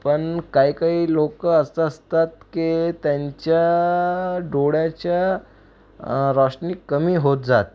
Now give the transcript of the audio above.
पण काहीकाही लोक असं असतात की त्यांच्या डोळ्याच्या रोशनी कमी होत जात